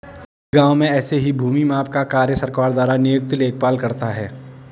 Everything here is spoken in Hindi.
मेरे गांव में ऐसे ही भूमि माप का कार्य सरकार द्वारा नियुक्त लेखपाल करता है